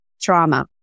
trauma